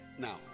Now